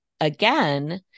again